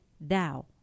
Thou